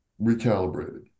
recalibrated